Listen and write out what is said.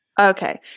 Okay